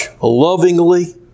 lovingly